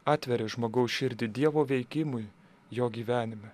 atveria žmogaus širdį dievo veikimui jo gyvenime